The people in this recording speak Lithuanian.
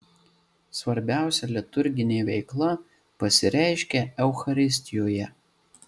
svarbiausia liturginė veikla pasireiškia eucharistijoje